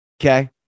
okay